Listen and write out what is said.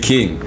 King